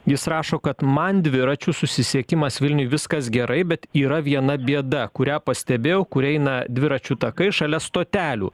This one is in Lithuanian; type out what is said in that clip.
jis rašo kad man dviračių susisiekimas vilniuj viskas gerai bet yra viena bėda kurią pastebėjau kur eina dviračių takai šalia stotelių